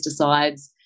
pesticides